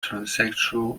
transsexual